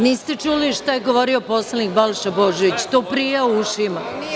Niste čuli šta je govorio poslanik Balša Božović, to prija ušima.